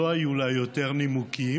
היות שלא היו לה יותר נימוקים,